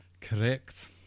correct